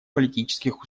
политических